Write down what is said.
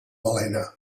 balena